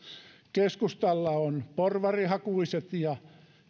keskustalla porvarihakuiset ja